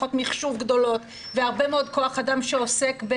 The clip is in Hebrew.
מערכות מחשוב גדולות והרבה מאוד כוח אדם שעוסק.